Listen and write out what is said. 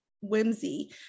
whimsy